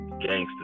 Gangster